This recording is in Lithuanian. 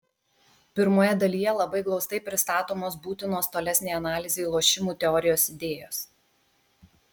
pirmoje dalyje labai glaustai pristatomos būtinos tolesnei analizei lošimų teorijos idėjos